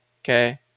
okay